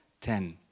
Ten